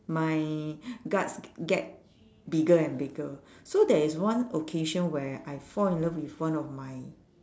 my guts get bigger and bigger so there is one occasion where I fall in love with one of my